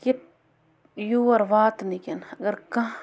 کہِ یور واتنہٕ کٮ۪ن اگر کانٛہہ